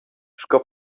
sco